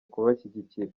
kubashyigikira